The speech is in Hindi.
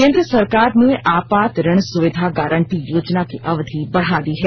केन्द्र सरकार ने आपात ऋण सुविधा गारंटी योजना की अवधि बढ़ा दी है